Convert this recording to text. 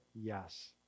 yes